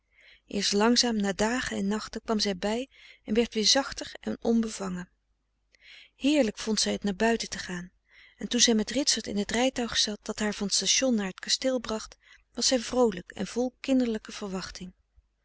eerst langzaam na dagen en nachten kwam zij bij en werd weer zachter en onbevangen frederik van eeden van de koele meren des doods heerlijk vond zij het naar buiten te gaan en toen zij met ritsert in het rijtuig zat dat haar van t station naar t kasteel bracht was zij vroolijk en vol kinderlijke verwachting